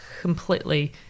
completely